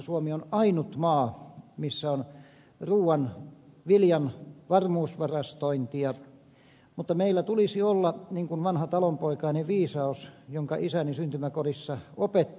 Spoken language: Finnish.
suomi on ainut maa missä on viljan varmuusvarastointia mutta meillä tulisi olla niin kuin vanha talonpoikainen viisaus jonka isäni syntymäkodissa opetti